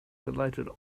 delighted